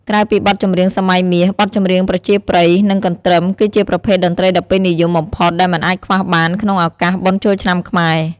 ក្រៅពីបទចម្រៀងសម័យមាស បទចម្រៀងប្រជាប្រិយ និងកន្ទ្រឹម គឺជាប្រភេទតន្ត្រីដ៏ពេញនិយមបំផុតដែលមិនអាចខ្វះបានក្នុងឱកាសបុណ្យចូលឆ្នាំខ្មែរ។